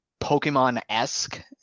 pokemon-esque